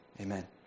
Amen